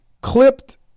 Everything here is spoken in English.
clipped